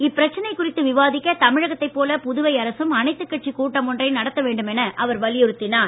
இப்பிரச்சனை குறித்து விவாதிக்க தமிழகத்தை போல புதுவை அரசும் அனைத்துக் கட்சிக் கூட்டம் ஒன்றை நடத்த வேண்டும் என அவர் வலியுறுத்தினார்